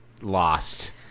lost